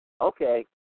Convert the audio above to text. Okay